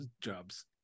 jobs